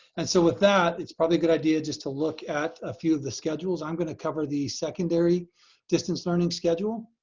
and so with that, it's probably a good idea just to look at a few of the schedules. i'm gonna cover the secondary distance learning schedule.